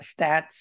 stats